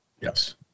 Yes